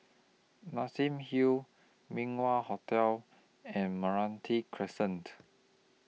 Nassim Hill Min Wah Hotel and Meranti Crescent